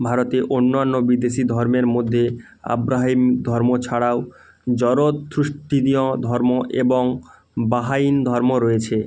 ভারতের অন্যান্য বিদেশি ধর্মের মধ্যে আব্রাহিম ধর্ম ছাড়াও জরথ্রুষ্টিনীয় ধর্ম এবং বাহাইন ধর্ম রয়েছে